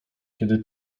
kiedy